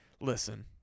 Listen